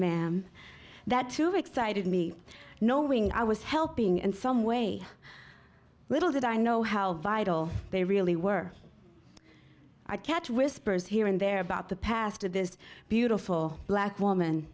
ma'am that too excited me knowing i was helping in some way little did i know how vital they really were i catch whispers here and there about the past of this beautiful black woman